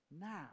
now